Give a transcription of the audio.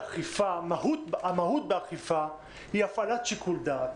ושמהות האכיפה היא הפעלת שיקול דעת.